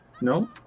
no